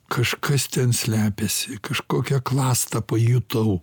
kažkas ten slepiasi kažkokią klastą pajutau